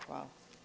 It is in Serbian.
Hvala.